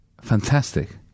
Fantastic